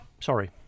sorry